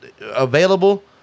available